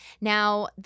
Now